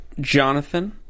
Jonathan